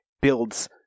builds